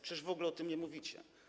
Przecież w ogóle o tym nie mówicie.